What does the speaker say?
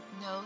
no